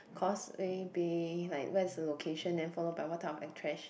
Causeway Bay like where's the location then followed by what type of attract~